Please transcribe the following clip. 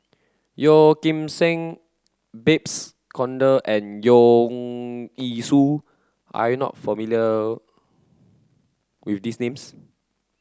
Yeo Kim Seng Babes Conde and Leong Yee Soo are you not familiar with these names